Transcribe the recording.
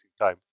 time